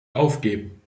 aufgeben